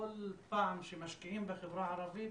כל פעם שמשקיעים בחברה הערבית